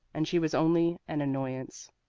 and she was only an annoyance.